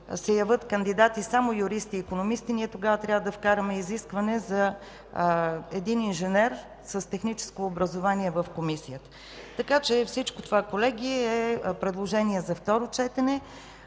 се явят кандидати само юристи и икономисти – ние тогава трябва да вкараме изисквания за един инженер с техническо образование в Комисията. Така че всичко това, колеги, са предложения за второ четене.